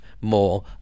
more